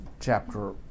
chapter